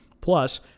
Plus